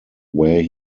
where